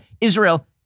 Israel